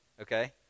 okay